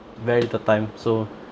very little time so